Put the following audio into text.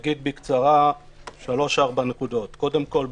אני אגיד בקצרה כמה נקודות: קודם כול,